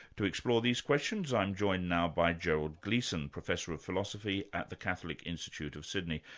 to explore these questions i'm joined now by gerald gleason, professor of philosophy at the catholic institute of sydney.